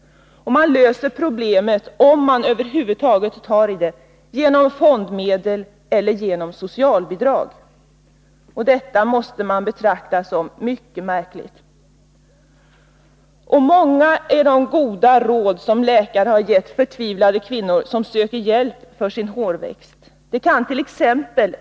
Man löser problemet — om man över huvud taget gör det — genom fondmedel eller genom socialbidrag. Detta måste man betrakta som mycket märkligt. Många är de goda råd som läkare gett förtvivlade kvinnor som söker hjälp för sin hårväxt. Det kant.ex.